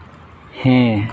ᱦᱮᱸ